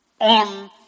on